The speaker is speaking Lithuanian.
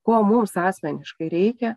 ko mums asmeniškai reikia